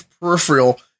peripheral